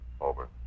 Over